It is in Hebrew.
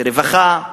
ברווחה,